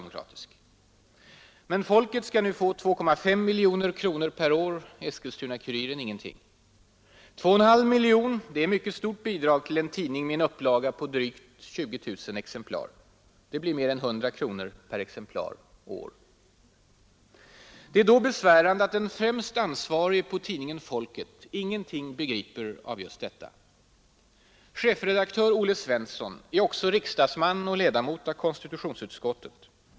Men Folket skall nu få 2,5 miljoner kronor per år, Eskilstuna-Kuriren ingenting. Två och en halv miljon är ett mycket stort bidrag till en tidning med en upplaga på drygt 20 000 ex. Det blir mer än 100 kronor per exemplar och år! Det är då besvärande att den främst ansvarige på tidningen Folket ingenting begriper av just detta. Chefredaktör Olle Svensson är också riksdagsman och ledamot av konstitutionsutskottet.